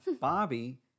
Bobby